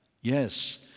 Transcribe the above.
Yes